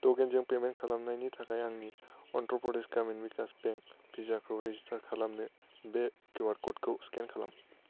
ट'केनजों पेमेन्ट खालामनायनि थाखाय आंनि अन्ध्र प्रदेश ग्रामिन विकास बेंक भिसाखौ रेजिस्टार खालामनो बे किउआर क'डखौ स्केन खालाम